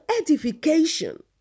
edification